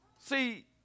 See